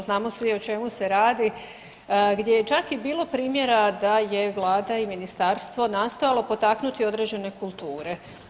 Znamo svi o čemu se radi, gdje je čak i bilo primjera da je Vlada i ministarstvo nastojalo potaknuti određene kulture.